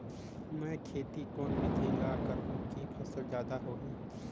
मै खेती कोन बिधी ल करहु कि फसल जादा होही